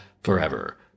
forever